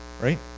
Right